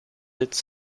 its